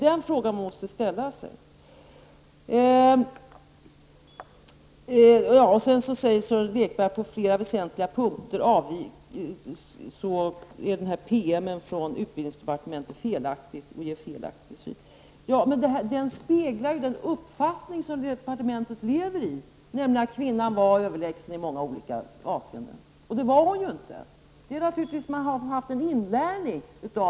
Den frågan måste man alltså ställa. Sedan säger Sören Lekberg att utbildningsdepartementets PM på flera väsentliga punkter är felaktig — den skulle ge en felaktig bild. Ja, men den avspeglar den uppfattning som departementet har, nämligen att den kvinnliga sökanden i många avseenden var överlägsen. Men det var hon inte. Det handlar naturligtvis om inlärning.